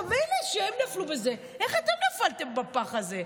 עכשיו, מילא שהם נפלו בזה, איך אתם נפלתם בפח הזה?